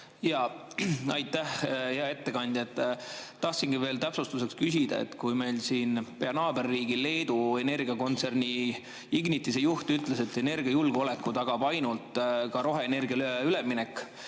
on? Aitäh! Hea ettekandja! Tahan täpsustuseks küsida. Meil siin pea naaberriigi Leedu energiakontserni Ignitise juht ütles, et energiajulgeoleku tagab ka ainult roheenergiale üleminek,